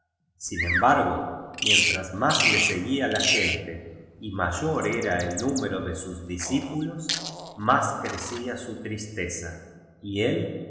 sin embargo mientras más le seguía la gente y mayor era el número de sus discípulos más crecía su tristeza y él